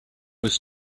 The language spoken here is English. was